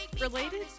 related